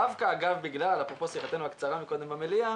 דווקא בגלל אפרופו שיחתנו הקצרה מקודם במליאה